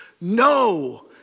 no